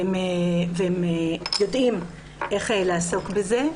והם יודעים איך לעסוק בזה.